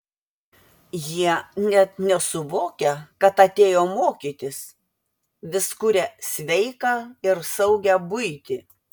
jie net nesuvokia kad atėjo mokytis vis kuria sveiką ir saugią buitį